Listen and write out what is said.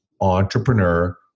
entrepreneur